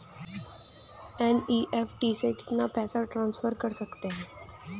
NEFT से कितना पैसा ट्रांसफर कर सकते हैं?